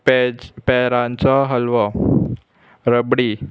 पेज पेरांचो हलवो रबडी